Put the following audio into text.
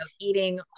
Eating